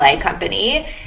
Company